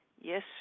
Yes